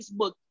Facebook